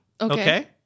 Okay